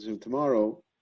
tomorrow